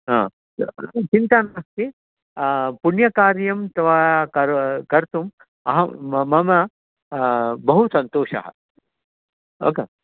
हा अं चिन्ता नास्ति पुण्यकार्यं तवा करो कर्तुम् अहं मम बहु सन्तोषः क